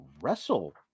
wrestle